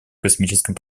космическом